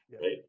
right